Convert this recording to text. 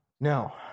No